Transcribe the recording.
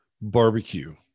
barbecue